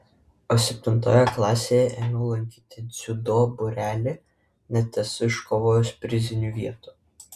o septintoje klasėje ėmiau lankyti dziudo būrelį net esu iškovojęs prizinių vietų